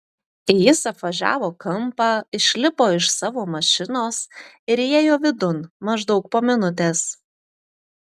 jis apvažiavo kampą išlipo iš savo mašinos ir įėjo vidun maždaug po minutės